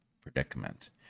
predicament